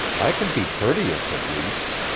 i can be courteous, at least.